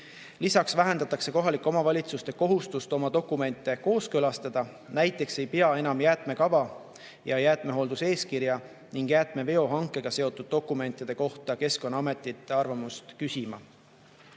Lisaks vähendatakse kohalike omavalitsuste kohustust oma dokumente kooskõlastada. Näiteks ei pea enam jäätmekava ja jäätmehoolduseeskirja ning jäätmeveo hankega seotud dokumentide kohta Keskkonnaametilt arvamust küsima.